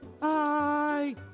bye